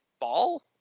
ball